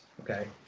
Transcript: Okay